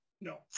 no